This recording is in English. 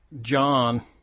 John